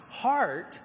heart